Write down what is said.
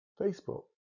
Facebook